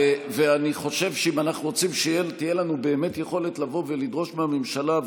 אני חושב שאם אנחנו רוצים שתהיה לנו יכולת לבוא ולדרוש מהממשלה,